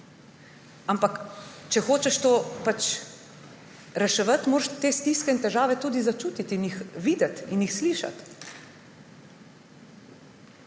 Ampak če hočeš to reševati, moraš te stiske in težave tudi začutiti in jih videti in jih slišati.